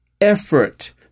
effort